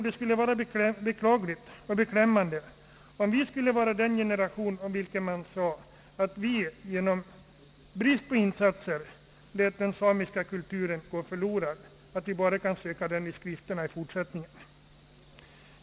Det skulle vara beklagligt och beklämmande, om vi skulle vara den generation, om vilken man sade att vi genom brist på insatser lät den samiska kulturen gå förlorad så att den i fortsättningen bara funnes bevarad i skrifterna.